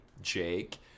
Jake